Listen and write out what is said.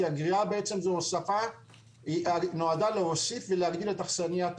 כי הגריעה בעצם נועדה להוסיף ולהגדיל את האכסנייה.